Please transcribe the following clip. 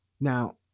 Now